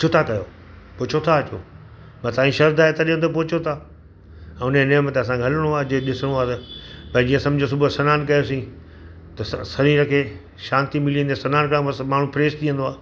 छो था कयो पोइ छो था अचो पर तव्हांजी श्रद्धा आहे तॾहिं त पोचो था ऐं हुनजे नियम ते त हलिणो आहे जे ॾिसिणो आहे त भई समुझो जीअं सुबुअ जो सनानु कयोसीं त स सरीर खे शांति मिली वेंदी आहे सनान सां माण्हू फ्रेश थी वेंदो आहे